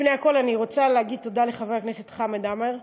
לפני הכול אני רוצה להגיד תודה לחבר הכנסת חמד עמאר.